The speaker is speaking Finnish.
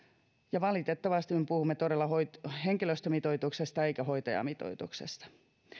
ja valitettavasti me puhumme todella henkilöstömitoituksesta emmekä hoitajamitoituksesta